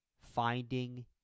finding